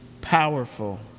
powerful